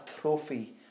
trophy